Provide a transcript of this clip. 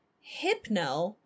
Hypno